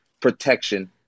protection